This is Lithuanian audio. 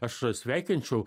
aš sveikinčiau